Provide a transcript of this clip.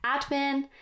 admin